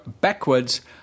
backwards